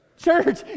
Church